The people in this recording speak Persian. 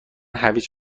هویج